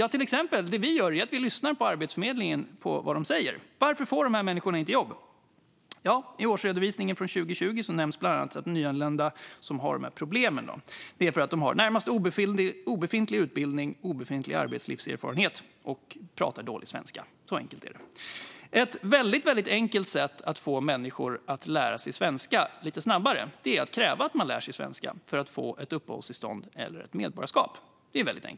Jo, till exempel lyssnar vi på vad Arbetsförmedlingen säger om varför dessa människor inte får jobb. I årsredovisningen från 2020 nämns bland annat att nyanlända med detta problem har närmast obefintlig utbildning och obefintlig arbetslivserfarenhet och pratar dålig svenska. Så enkelt är det. Ett väldigt enkelt sätt att få människor att lära sig svenska lite snabbare är att kräva att de lär sig svenska för att få ett uppehållstillstånd eller ett medborgarskap.